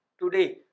today